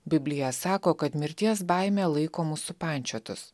biblija sako kad mirties baimė laiko mus supančiotus